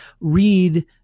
read